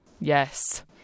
Yes